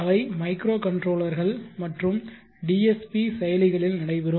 அவை மைக்ரோகண்ட்ரோலர்கள் மற்றும் டிஎஸ்பி செயலிகளில் நடைபெறும்